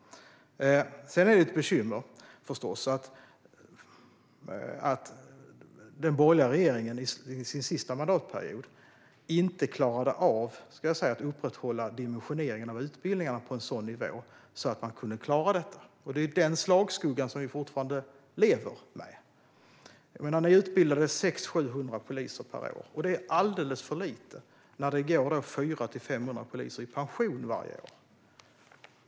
Det är förstås ett bekymmer att den borgerliga regeringen i sin sista mandatperiod inte klarade av att upprätthålla dimensioneringen av utbildningarna på en sådan nivå att man kunde klara detta. Det är den slagskuggan som vi fortfarande lever med. Ni utbildade 600, 700 poliser per år. Det är alldeles för lite när det går 400-500 poliser i pension varje år.